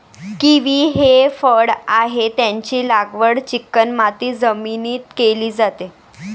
kiwi हे फळ आहे, त्याची लागवड चिकणमाती जमिनीत केली जाते